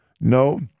no